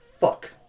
fuck